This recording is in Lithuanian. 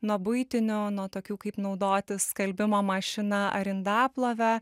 nuo buitinių nuo tokių kaip naudotis skalbimo mašina ar indaplove